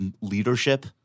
leadership